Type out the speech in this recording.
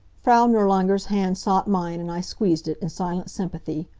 frau nirlanger's hand sought mine and i squeezed it in silent sympathy.